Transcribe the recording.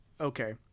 Okay